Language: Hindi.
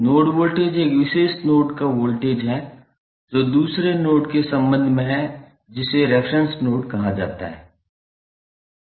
नोड वोल्टेज एक विशेष नोड का वोल्टेज है जो दूसरे नोड के संबंध में है जिसे रेफेरेंस नोड कहा जाता है